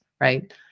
right